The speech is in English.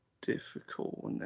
difficult